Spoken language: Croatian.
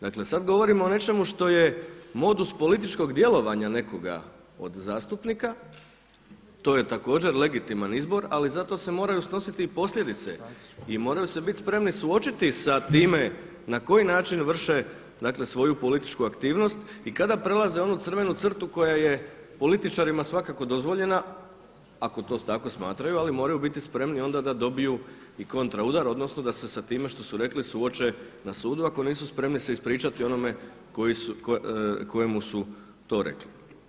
Dakle sada govorimo o nečemu što je modus političkog djelovanja nekoga od zastupnika, to je također legitiman izbor, ali se zato moraju snositi posljedice i moraju se biti spremni suočiti sa time na koji način vrše svoju političku aktivnost i kada prelaze onu crvenu crtu koja je političarima svakako dozvoljena ako to tako smatraju, ali moraju biti spremni onda da dobiju i kontra udar odnosno da se sa time što su rekli suoče na sudu ako nisu spremni se ispričati onome kojemu su to rekli.